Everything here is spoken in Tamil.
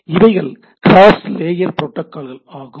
இவைகள் கிராஸ் லேயர் புரோட்டோகால்கள் ஆகும்